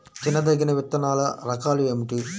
తినదగిన విత్తనాల రకాలు ఏమిటి?